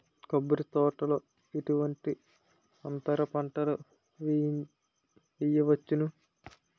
కొబ్బరి తోటలో ఎటువంటి అంతర పంటలు వేయవచ్చును?